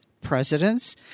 presidents